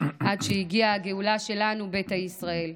עד שהגיעה הגאולה שלנו, ביתא ישראל.